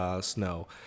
snow